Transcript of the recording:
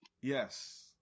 Yes